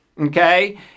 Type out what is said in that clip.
okay